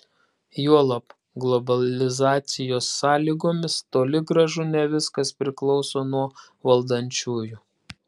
juolab globalizacijos sąlygomis toli gražu ne viskas priklauso nuo valdančiųjų